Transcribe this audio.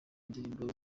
ndirimbo